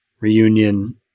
reunion